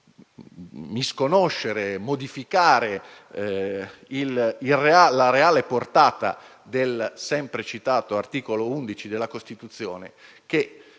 può misconoscere, modificare la reale portata del sempre citato articolo 11 della Costituzione